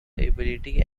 ability